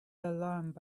alarmed